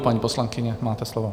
Paní poslankyně, máte slovo.